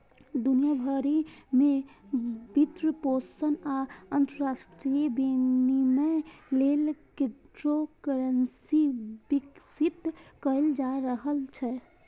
दुनिया भरि मे वित्तपोषण आ अंतरराष्ट्रीय विनिमय लेल क्रिप्टोकरेंसी विकसित कैल जा रहल छै